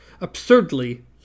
absurdly